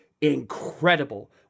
incredible